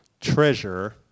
treasure